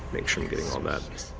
make sure we're getting all that.